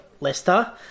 Leicester